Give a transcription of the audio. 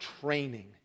training